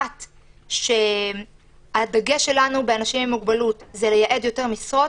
הדגש שלנו באנשים עם מוגבלות הוא לייעד יותר משרות